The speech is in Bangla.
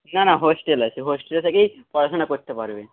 না না হোস্টেল আছে হোস্টেলে থেকেই পড়াশোনা করতে পারবে